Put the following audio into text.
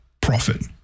profit